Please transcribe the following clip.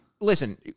listen